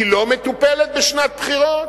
היא לא מטופלת בשנת בחירות?